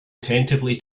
attentively